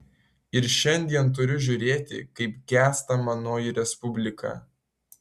ir šiandien turiu žiūrėti kaip gęsta manoji respublika